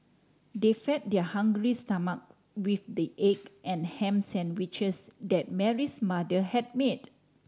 they fed their hungry stomach with the egg and ham sandwiches that Mary's mother had made